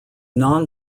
non